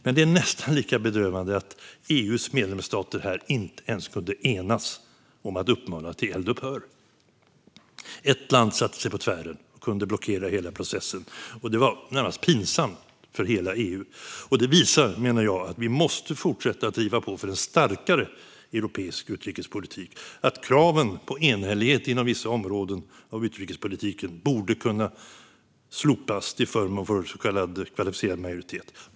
Men det är nästan lika bedrövande att EU:s medlemsstater här inte ens kunde enas om att uppmana till eldupphör. Ett land satte sig på tvären och kunde blockera hela processen. Och det var närmast pinsamt för hela EU. Det visar, menar jag, att vi måste fortsätta att driva på för en starkare europeisk utrikespolitik. Och kraven på enhällighet inom vissa områden av utrikespolitiken borde kunna slopas till förmån för så kallad kvalificerad majoritet.